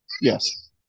yes